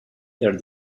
their